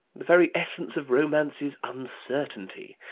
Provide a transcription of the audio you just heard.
the very essence of romance is uncertainty.